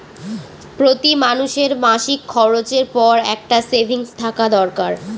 প্রতি মানুষের মাসিক খরচের পর একটা সেভিংস থাকা দরকার